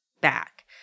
back